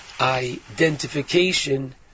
identification